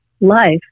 life